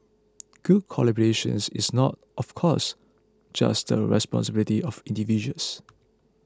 good collaborations is not of course just the responsibility of individuals